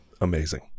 Amazing